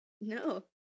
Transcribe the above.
No